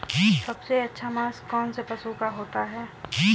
सबसे अच्छा मांस कौनसे पशु का होता है?